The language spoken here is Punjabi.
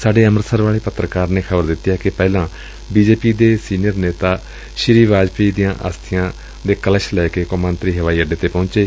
ਸਾਡੇ ਅੰਮੁਤਸਰ ਵਾਲੇ ਪੱਤਰਕਾਰ ਨੇ ਖ਼ਬਰ ਦਿੱਤੀ ਏ ਕਿ ਪਹਿਲਾਂ ਬੀ ਜੇ ਪੀ ਦੇ ਸੀਨੀਅਰ ਨੇਤਾ ਸ੍ਰੀ ਵਾਜਪਾਈ ਦੀਆਂ ਅਸਬੀਆਂ ਦੇ ਕਲਸ਼ ਲੈ ਕੇ ਕੌਮਾਂਤਰੀ ਹਵਾਈ ਅੱਡੇ ਤੇ ਪਹੰਚੇ